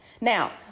Now